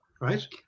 right